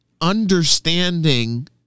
understanding